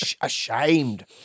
Ashamed